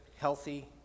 healthy